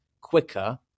quicker